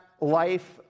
life